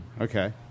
Okay